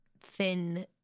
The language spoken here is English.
thin